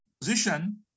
position